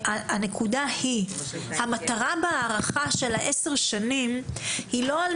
הנקודה היא שהמטרה בהארכה של 10 שנים היא לא על